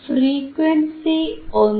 frequency 1